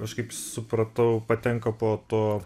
aš kaip supratau patenka po tuo